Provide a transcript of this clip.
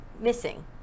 missing